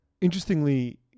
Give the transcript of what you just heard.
interestingly